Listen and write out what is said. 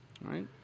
Right